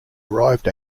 arrived